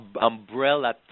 umbrella